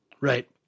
Right